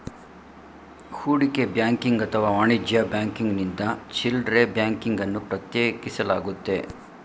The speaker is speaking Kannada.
ಹೂಡಿಕೆ ಬ್ಯಾಂಕಿಂಗ್ ಅಥವಾ ವಾಣಿಜ್ಯ ಬ್ಯಾಂಕಿಂಗ್ನಿಂದ ಚಿಲ್ಡ್ರೆ ಬ್ಯಾಂಕಿಂಗ್ ಅನ್ನು ಪ್ರತ್ಯೇಕಿಸಲಾಗುತ್ತೆ